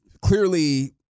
clearly –